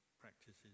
practices